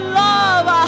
love